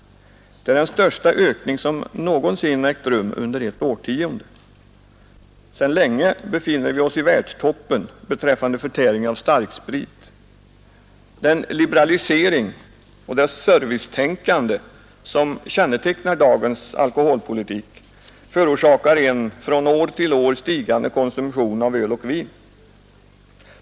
Det är den största ökning som någonsin har ägt rum under ett årtionde. Sedan länge befinner vi oss i världstoppen när det gäller förtäring av starksprit. Den liberalisering och det servicetänkande som kännetecknar dagens alkoholpolitik förorsakar en från år till år stigande konsumtion av öl och vin.